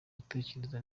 gutekereza